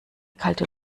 kalte